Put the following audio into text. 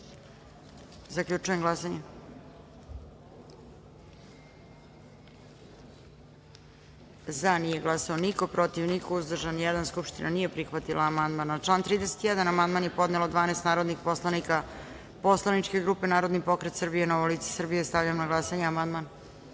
amandman. Zaključujem glasanje: za – nije glasao niko, protiv – niko, uzdržan – jedan. Skupština nije prihvatila amandman. Na član 70. amandman je podnelo 12 narodnih poslanika poslaničke grupe Narodni pokret Srbije – Novo lice Srbije. Stavljam na glasanje